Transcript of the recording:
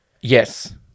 Yes